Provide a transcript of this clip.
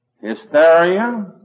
hysteria